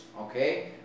okay